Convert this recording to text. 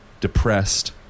depressed